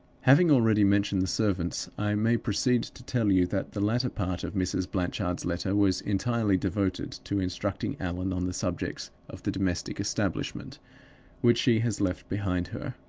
having already mentioned the servants, i may proceed to tell you that the latter part of mrs. blanchard's letter was entirely devoted to instructing allan on the subject of the domestic establishment which she has left behind her.